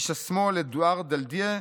איש השמאל אדואר דאלאדיה,